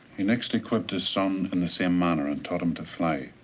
he next equipped his son in the same manner and taught him to fly.